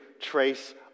trace